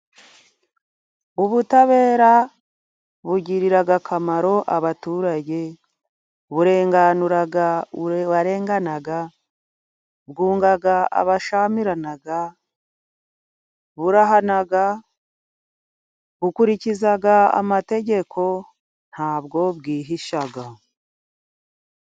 Ubutabera bugirira akamaro abaturage. Burenganura uwarenganye, bwunga abashyamiranye, burahana, bukurikiza amategeko, ntabwo bwihisha.